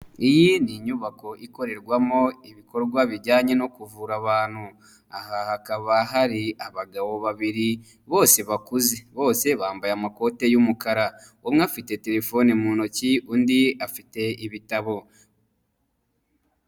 Iyi ni inyubako ikorerwamo ibikorwa bijyanye no kuvura abantu, aha hakaba hari abagabo babiri, bose bakuze, bose bambaye amakoti y'umukara umwe afite telefoni mu ntoki undi afite ibitabo.